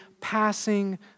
passing